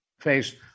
Face